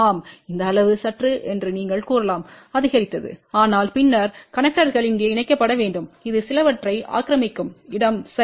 ஆம் இந்த அளவு சற்று என்று நீங்கள் கூறலாம் அதிகரித்தது ஆனால் பின்னர் கனெக்டர்கள் இங்கே இணைக்கப்பட வேண்டும் அது சிலவற்றை ஆக்கிரமிக்கும் இடம் சரி